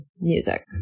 music